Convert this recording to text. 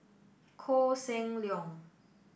Koh Seng Leong